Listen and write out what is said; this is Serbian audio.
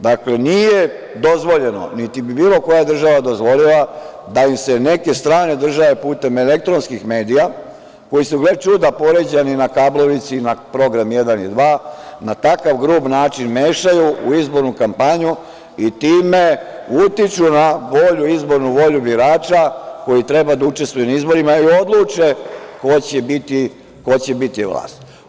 Dakle, nije dozvoljeno, niti bi bilo koja država dozvolila da im se neke strane države putem elektronskih medija koji su, gle čuda, poređani na kablovici na program jedan i dva, na takav grub način mešaju u izbornu kampanju i time utiču na izbornu volju birača koji treba da učestvuju na izborima i odluče ko će biti vlast.